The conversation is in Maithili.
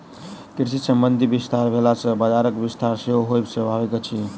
कृषि संबंधी विस्तार भेला सॅ बजारक विस्तार सेहो होयब स्वाभाविक अछि